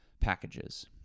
packages